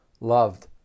loved